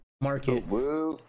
market